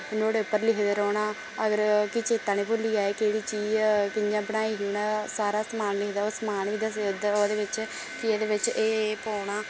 नोहाड़े उप्पर लिखदे रोह्ना अगर कि चेत्ता निं भुल्ली जाए केह्ड़ी चीज कि'यां बनाई ही उ'नें सारा समान लिखदा ओह् समान बी दस्सदे ओह्दे बिच्च कि एह्दे बिच्च एह् एह् पौना